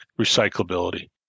recyclability